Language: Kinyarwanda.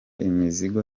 imizigo